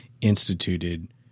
instituted